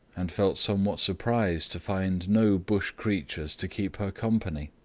and felt somewhat surprised to find no bush creatures to keep her company.